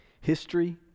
History